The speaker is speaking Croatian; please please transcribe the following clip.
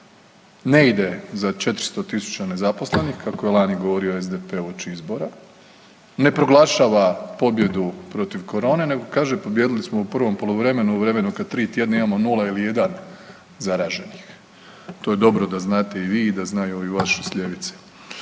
Ne ide za 400 tisuća nezaposlenih kako je lani govorio SDP-e uoči izbora. Ne proglašava pobjedu protiv korone, nego kaže pobijedili smo u prvom poluvremenu u vremenu kada 3 tjedna imamo 0 ili 1 zaraženih. To je dobro da znate i vi i da znaju ovi vaši s ljevice.